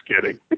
kidding